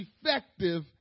effective